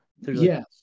Yes